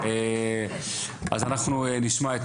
אז אנחנו נשמע את